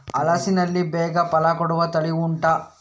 ಹಲಸಿನಲ್ಲಿ ಬೇಗ ಫಲ ಕೊಡುವ ತಳಿ ಉಂಟಾ